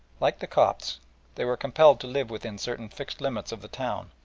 like the copts they were compelled to live within certain fixed limits of the town,